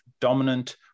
dominant